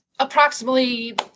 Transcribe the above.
Approximately